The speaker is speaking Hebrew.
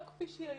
לא כפי שהיא היום.